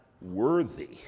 worthy